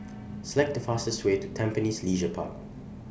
Select The fastest Way to Tampines Leisure Park